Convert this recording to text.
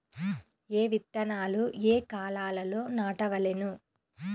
ఏ విత్తనాలు ఏ కాలాలలో నాటవలెను?